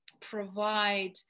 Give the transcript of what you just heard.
provide